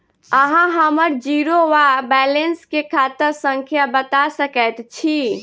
अहाँ हम्मर जीरो वा बैलेंस केँ खाता संख्या बता सकैत छी?